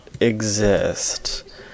exist